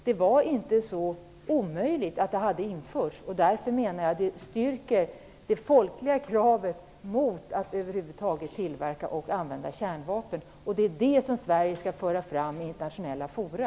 Det var inte så omöjligt att Sverige hade anskaffat kärnvapen, och därför menar jag att det styrker det folkliga kravet mot att över huvud taget tillverka och använda kärnvapen. Det är detta Sverige skall föra fram i internationella fora.